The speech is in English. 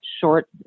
short